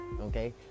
okay